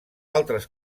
altres